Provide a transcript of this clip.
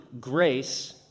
grace